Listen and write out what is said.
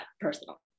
personal